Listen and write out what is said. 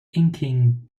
inking